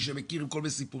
מי שמכיר עם כל מיני סיפורים,